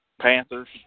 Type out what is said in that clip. Panthers